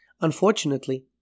Unfortunately